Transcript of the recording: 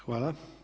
Hvala.